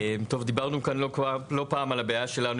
טוב דיברנו פה לא פעם על הבעיה שלנו